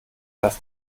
das